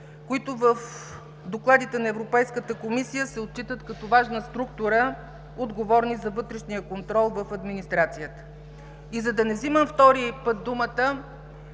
които в докладите на Европейската комисия се отчитат като важна структура, отговорни за вътрешния контрол в администрацията. И за да не взимам втори път думата,